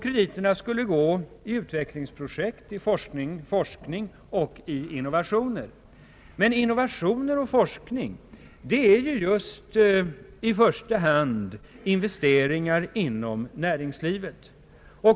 Krediterna skulle gå till utvecklingsprojekt samt till forskning och innovationer. Men forskning och innovationer innebär i första hand just investeringar inom näringslivet.